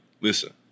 Listen